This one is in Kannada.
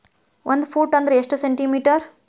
ಒಂದು ಫೂಟ್ ಅಂದ್ರ ಎಷ್ಟು ಸೆಂಟಿ ಮೇಟರ್?